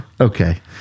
Okay